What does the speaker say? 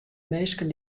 minsken